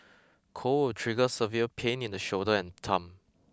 cold will trigger severe pain in the shoulder and thumb